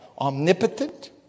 Omnipotent